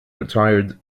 retired